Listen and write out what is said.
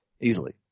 Easily